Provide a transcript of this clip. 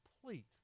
complete